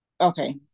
Okay